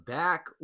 back